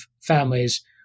families